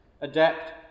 adept